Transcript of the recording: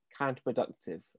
counterproductive